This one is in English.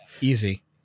Easy